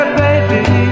baby